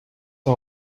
all